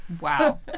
Wow